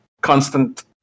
constant